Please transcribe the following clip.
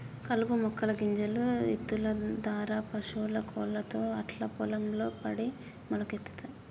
కలుపు మొక్కల గింజలు ఇత్తుల దారా పశువుల కాళ్లతో అట్లా పొలం లో పడి మొలకలొత్తయ్